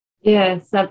yes